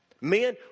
Men